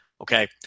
Okay